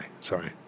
Sorry